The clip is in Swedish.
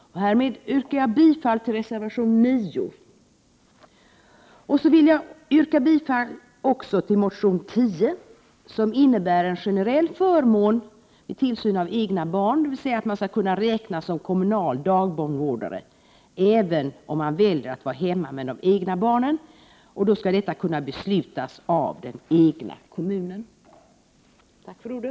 Härmed yrkar jag bifall till reservation 9. Jag vill också yrka bifall till reservation 10, som innebär en generell förmån vid tillsyn av egna barn, dvs. att man skall kunna räknas som kommunal dagbarnvårdare även om man väljer att vara hemma med de egna barnen. Detta skall kunna beslutas av den egna kommunen. Tack för ordet!